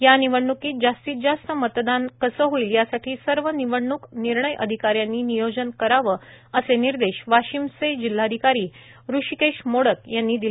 या निवडण्कीत जास्तीत जास्त मतदान कसे होईल यासाठी सर्व निवडण्क निर्णय अधिकाऱ्यांनी नियोजन करावे असे निर्देश वाशीम जिल्हाधिकारी हृषीकेश मोडक यांनी दिले